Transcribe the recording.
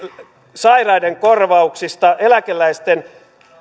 sairaiden korvauksista eläkeläisten